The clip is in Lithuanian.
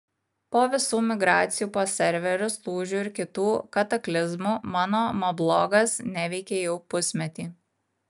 po visų migracijų po serverius lūžių ir kitų kataklizmų mano moblogas neveikė jau pusmetį